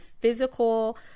physical